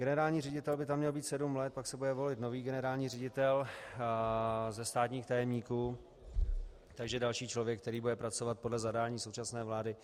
Generální ředitel by tam měl být sedm let, pak se bude volit nový generální ředitel ze státních tajemníků, takže další člověk, který bude pracovat podle zadání současné vlády.